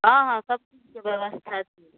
हँ हँ सबकिछुके बेबस्था छै